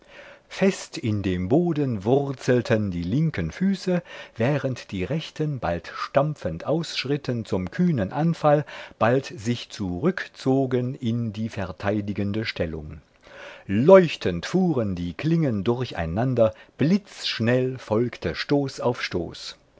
fest in dem boden wurzelten die linken füße während die rechten bald stampfend ausschritten zum kühnen anfall bald sich zurückzogen in die verteidigende stellung leuchtend fuhren die klingen durcheinander blitzschnell folgte stoß